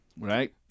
right